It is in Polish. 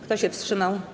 Kto się wstrzymał?